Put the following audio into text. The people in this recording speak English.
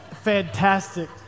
fantastic